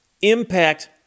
impact